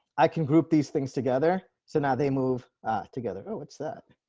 i can group these things together. so now they move together. oh, what's that